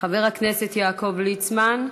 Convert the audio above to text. חבר הכנסת יעקב ליצמן,